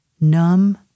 numb